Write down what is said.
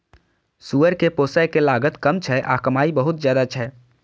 सुअर कें पोसय के लागत कम छै आ कमाइ बहुत ज्यादा छै